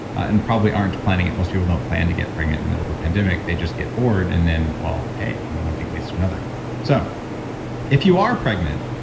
and probably aren't planning it. most people don't plan to get pregnant the middle of a pandemic, they just get bored. and then well, hey, you know one thing leads to another so if you are pregnant,